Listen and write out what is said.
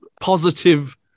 positive